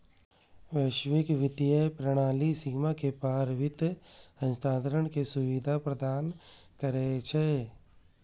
वैश्विक वित्तीय प्रणाली सीमा के पार वित्त हस्तांतरण के सुविधा प्रदान करै छै